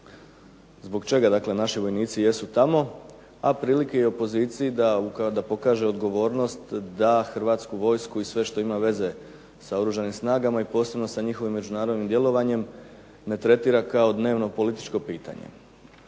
zbog čega jesu naši vojnici jesu tamo, a prilike i opoziciji da pokaže odgovornost da Hrvatsku vojsku i sve što ima veze sa Oružanim snagama i posebno sa njihovim međunarodnim djelovanjem ne tretira kao političko pitanje.